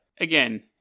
again